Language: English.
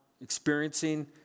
experiencing